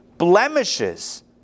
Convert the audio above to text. blemishes